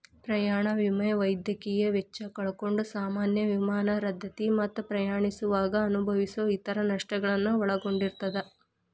ಪ್ರಯಾಣ ವಿಮೆ ವೈದ್ಯಕೇಯ ವೆಚ್ಚ ಕಳ್ಕೊಂಡ್ ಸಾಮಾನ್ಯ ವಿಮಾನ ರದ್ದತಿ ಮತ್ತ ಪ್ರಯಾಣಿಸುವಾಗ ಅನುಭವಿಸೊ ಇತರ ನಷ್ಟಗಳನ್ನ ಒಳಗೊಂಡಿರ್ತದ